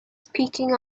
speaking